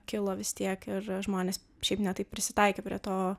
kilo vis tiek ir žmonės šiaip ne taip prisitaikė prie to